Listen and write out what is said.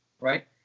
right